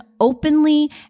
openly